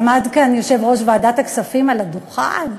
עמד כאן יושב-ראש ועדת הכספים על הדוכן,